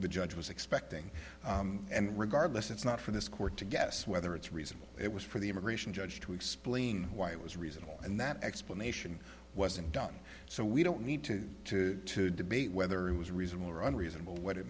the judge was expecting and regardless it's not for this court to guess whether it's reasonable it was for the immigration judge to explain why it was reasonable and that explanation wasn't done so we don't need to to to debate whether it was reasonable or unreasonable what